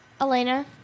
Elena